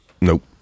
Nope